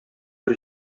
бер